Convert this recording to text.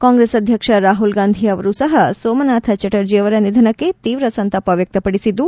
ಕಾಂಗ್ರೆಸ್ ಅಧ್ಯಕ್ಷ ರಾಹುಲ್ಗಾಂಧಿ ಅವರೂ ಸಹ ಸೋಮನಾಥ ಚಟರ್ಜ ಅವರ ನಿಧನಕ್ಕೆ ತೀವ್ರ ಸಂತಾಪ ವ್ಯಕ್ತಪಡಿಸಿದ್ದು